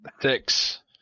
Six